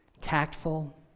tactful